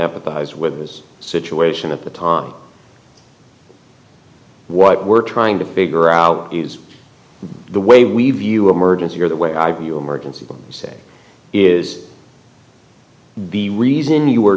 empathize with his situation at the time what we're trying to figure out is the way we view emergency or the way i view emergency rooms say is the reason you were